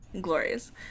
Glorious